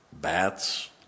Bats